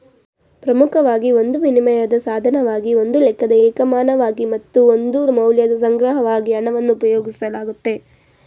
ಪ್ರಮುಖವಾಗಿ ಒಂದು ವಿನಿಮಯದ ಸಾಧನವಾಗಿ ಒಂದು ಲೆಕ್ಕದ ಏಕಮಾನವಾಗಿ ಮತ್ತು ಒಂದು ಮೌಲ್ಯದ ಸಂಗ್ರಹವಾಗಿ ಹಣವನ್ನು ಉಪಯೋಗಿಸಲಾಗುತ್ತೆ